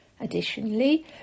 Additionally